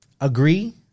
Agree